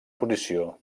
posició